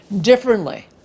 differently